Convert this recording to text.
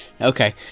Okay